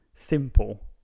simple